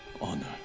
Honor